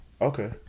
Okay